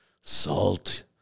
salt